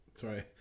sorry